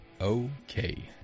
Okay